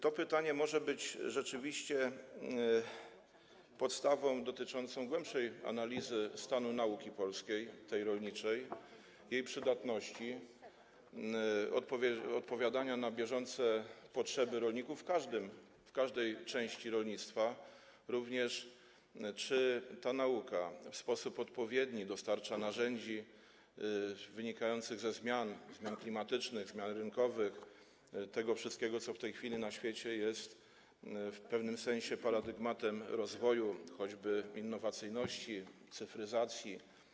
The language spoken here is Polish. To pytanie może być rzeczywiście podstawą dotyczącą głębszej analizy stanu nauki polskiej, tej rolniczej, jej przydatności, odpowiadania na bieżące potrzeby rolników w każdej części rolnictwa, również analizy, czy ta nauka w sposób odpowiedni dostarcza narzędzi wynikających ze zmian: zmian klimatycznych, zmian rynkowych, tego wszystkiego, co w tej chwili na świecie jest w pewnym sensie paradygmatem rozwoju, choćby innowacyjności, cyfryzacji.